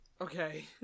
Okay